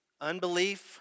Unbelief